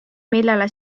millele